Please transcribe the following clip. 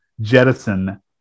jettison